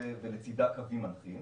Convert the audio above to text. ולצידה קווים מנחים,